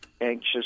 anxious